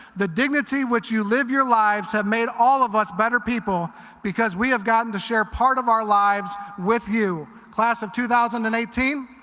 the dignity which you live your lives have made all of us better people because we have gotten to share part of our lives with you class of two thousand and eighteen.